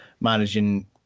managing